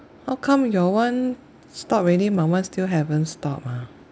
how come your [one] stop already my one still haven't stop ah